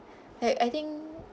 like I think